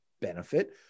benefit